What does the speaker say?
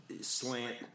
slant